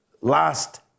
last